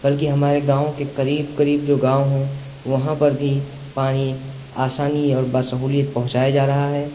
بلکہ ہمارے گاؤں کے قریب قریب جو گاؤں ہیں وہاں پر بھی پانی آسانی اور باسہولیت پہنچایا جا رہا ہے